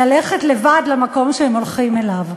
ללכת לבד למקום שהם הולכים אליו,